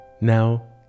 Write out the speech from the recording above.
now